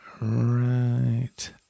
right